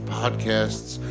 podcasts